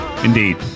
Indeed